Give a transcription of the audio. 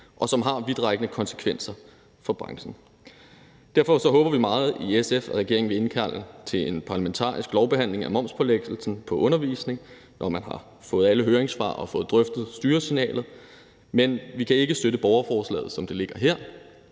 og som har vidtrækkende konsekvenser for branchen. Derfor håber vi meget i SF, at regeringen vil indkalde til en parlamentarisk lovbehandling af momspålæggelsen på undervisning, når man har fået alle høringssvar og har fået drøftet styresignalet. Men vi kan ikke støtte borgerforslaget, som det ligger her,